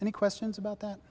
and questions about that